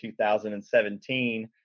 2017